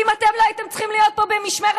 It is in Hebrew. ואם אתם לא הייתם צריכים להיות פה במשמרת,